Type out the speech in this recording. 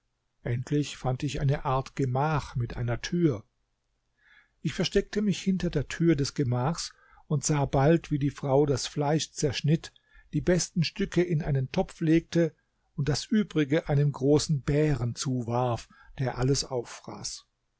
endlich fand ich eine art gemach mit einer tür ich versteckte mich hinter der tür des gemachs und sah bald wie die frau das fleisch zerschnitt die besten stücke in einen topf legte und das übrige einem großen bären zuwarf der alles auffraß